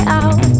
out